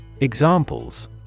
Examples